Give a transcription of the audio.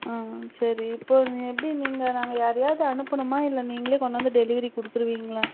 ஆ சரி இப்போ எப்படி நீங்கள் நாங்கள் யாரையாவது அனுப்பணுமா இல்லை நீங்களே கொண்டாந்து டெலிவரி கொடுத்துருவீங்களா